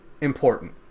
important